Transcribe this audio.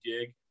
gig